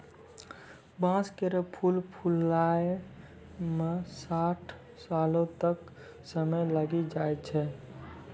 बांस केरो फूल फुलाय म साठ सालो तक क समय लागी जाय छै